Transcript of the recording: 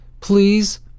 Please